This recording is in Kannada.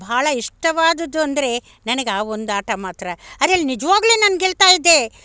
ಭಾಳ ಇಷ್ಟವಾದದ್ದು ಅಂದರೆ ನನಗೆ ಆದೊಂದು ಆಟ ಮಾತ್ರ ಅದ್ರಲ್ಲಿ ನಿಜವಾಗ್ಲು ನಾನು ಗೆಲ್ತಾ ಇದ್ದೆ